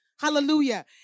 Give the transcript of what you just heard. Hallelujah